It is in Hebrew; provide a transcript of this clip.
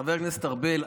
חבר הכנסת ארבל,